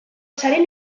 zaren